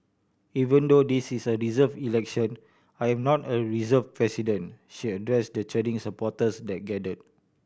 even though this is a reserved election I am not a reserved president she addressed the cheering supporters that gathered